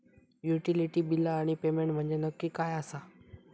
Utility बिला आणि payment म्हंजे नक्की काय आसा?